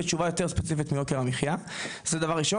בתשובה יותר ספציפית מיוקר המחייה, זה דבר ראשון.